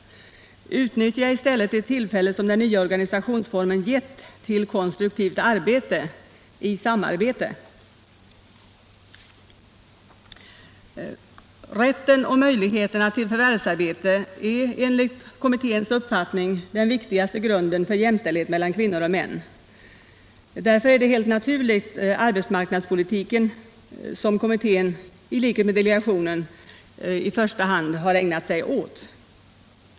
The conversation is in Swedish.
Utnyttja i stället det tillfälle som den nya organisationsformen gett till konstruktivt arbete — i samarbete! Rätten och möjligheterna till förvärvsarbete är enligt kommitténs uppfattning den viktigaste grunden för jämställdhet mellan kvinnor och män. Därför är det helt naturligt arbetsmarknadsfrågorna som kommittén — i likhet med delegationen — i första hand har ägnat sig åt.